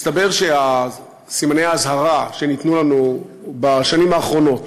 מסתבר שסימני האזהרה שניתנו לנו בשנים האחרונות